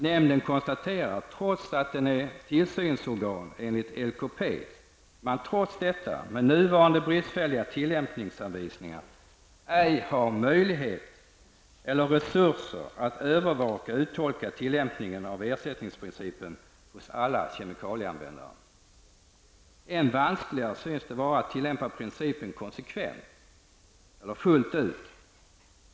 Nämnden konstaterar att den, trots att den är tillsynsorgan enligt LKP, med nuvarande bristfälliga tillämpningsanvisningar ej har möjligheter eller resurser att övervaka och uttolka tillämpningen av ersättningsprincipen hos alla kemikalieanvändare. Än vanskligare synes det vara att tillämpa principen konsekvent och fullt ut.